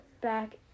back